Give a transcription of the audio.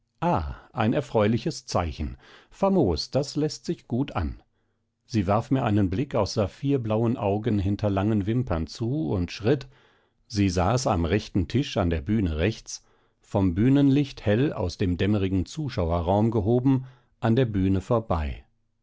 ein erfreuliches zeichen famos das läßt sich gut an sie warf mir einen blick aus saphirblauen augen hinter langen wimpern zu und schritt sie saß am rechten tisch an der bühne rechts vom bühnenlicht hell aus dem dämmerigen zuschauerraum gehoben an der bühne vorbei